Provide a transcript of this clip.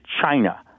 China